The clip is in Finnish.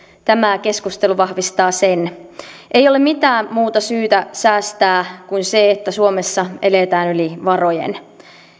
tämä keskustelu vahvistaa sen ei ole mitään muuta syytä säästää kuin se että suomessa eletään yli varojen